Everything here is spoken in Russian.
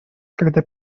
когда